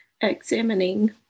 examining